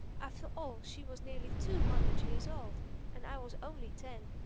after all, she was nearly two hundred years old and i was only ten.